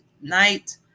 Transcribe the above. night